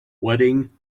wedding